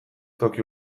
toki